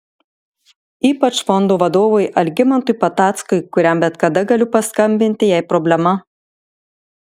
ypač fondo vadovui algimantui patackui kuriam bet kada galiu paskambinti jei problema